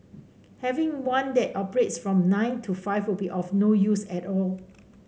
having one that operates from nine to five will be of no use at all